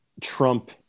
Trump